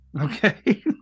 Okay